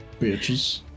Bitches